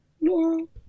Laurel